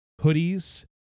hoodies